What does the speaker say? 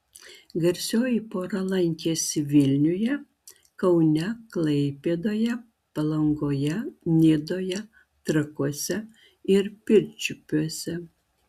garsioji pora lankėsi vilniuje kaune klaipėdoje palangoje nidoje trakuose ir pirčiupiuose